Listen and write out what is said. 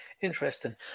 Interesting